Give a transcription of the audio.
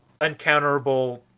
uncounterable